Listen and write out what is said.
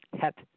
het